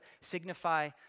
signify